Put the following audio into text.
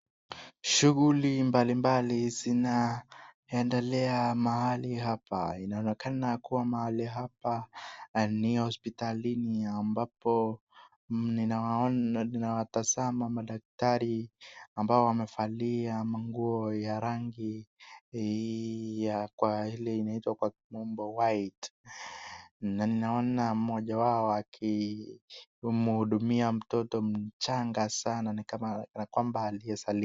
Shughuli mbali mbali zinaendelea mahali hapa. Inaonekana kuwa mahali hapa ni hospitalini ambapo ninawatazama madaktari ambao wamevalia mavazi ya rangi ambayo inajulikana kwa kimombo white , na ninaona mmoja wao akimhudumia mtoto mchanga sana.